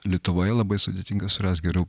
lietuvoje labai sudėtinga surast gerų